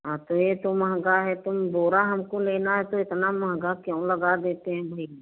हाँ तो ये तो महंगा है तो बोरा हमको लेना है तो इतना महंगा क्यों लगा देते हैं भाई